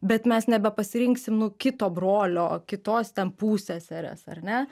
bet mes nebepasirinksim nu kito brolio kitos ten pusseserės ar ne